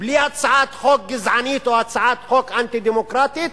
בלי הצעת חוק גזענית או הצעת חוק אנטי-דמוקרטית,